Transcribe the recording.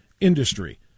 industry